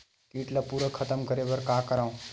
कीट ला पूरा खतम करे बर का करवं?